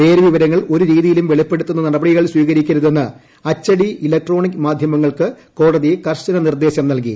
പേര് വിവരങ്ങൾ ഒരു രീതിയിലും വെളിപ്പെടുത്തുന്ന നടപടികൾ സ്വീകരിക്കരുതെന്ന് അച്ചടി ഇലക്ട്രോണിക് മാധ്യമങ്ങൾക്ക് കോടതി കർശന നിർദ്ദേശം നൽകി